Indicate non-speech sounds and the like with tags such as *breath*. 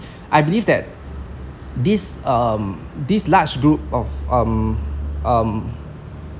*breath* I believe that this um this large group of um um